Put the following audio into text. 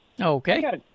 Okay